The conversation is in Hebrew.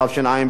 התשע"ב